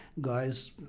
guys